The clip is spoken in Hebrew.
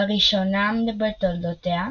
לראשונה בתולדותיה,